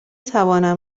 توانم